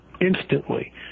Instantly